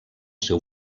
seu